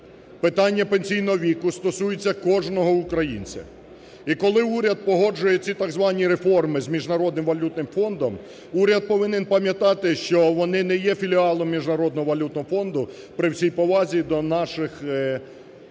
питання пенсійного віку стосується кожного українця. І коли уряд погоджує ці так звані реформи з Міжнародним валютним фондом, уряд повинен пам'ятати, що вони не є філіалом Міжнародного валютного фонду, при всій повазі до наших